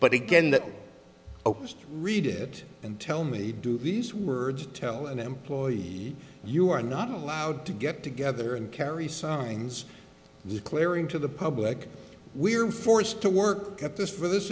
but again that read it and tell me do these words tell an employee you are not allowed to get together and carry signs of clearing to the public we are forced to work at this for this